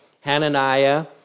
Hananiah